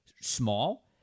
small